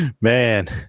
man